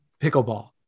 pickleball